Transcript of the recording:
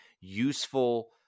useful